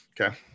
Okay